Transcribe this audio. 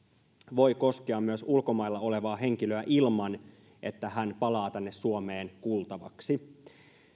voi koskea myös ulkomailla olevaa henkilöä ilman että hän palaa tänne suomeen kuultavaksi